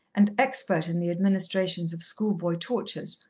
and expert in the administrations of schoolboy tortures,